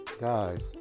Guys